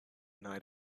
night